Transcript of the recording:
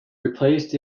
replaced